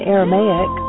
Aramaic